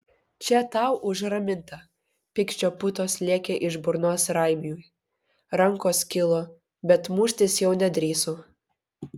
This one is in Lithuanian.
čia tau už ramintą pykčio putos lėkė iš burnos raimiui rankos kilo bet muštis jau nedrįso